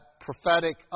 prophetic